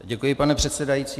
Děkuji, pane předsedající.